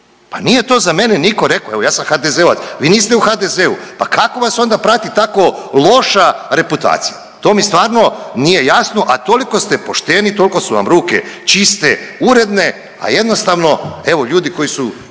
Pa nije to za mene niko rekao, evo ja sam HDZ-ovac vi niste u HDZ-u pa kako vas onda prati tako loša reputacija to mi stvarno nije jasno, a toliko ste pošteni, toliko su vam ruke čiste, uredne, a jednostavno evo ljudi koji su